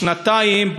בשנתיים,